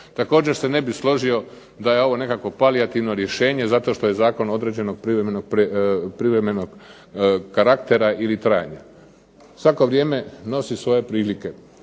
Također se ne bih složio da je ovo nekakvo palijativno rješenje, zato što je zakon određenog privremenog karaktera ili trajanja. Svako vrijeme nosi svoje prilike.